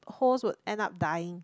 host would end up dying